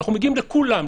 אנחנו מגיעים לכולם,